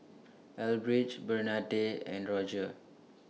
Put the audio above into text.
Elbridge Bernadette and Roger